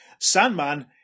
Sandman